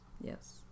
Yes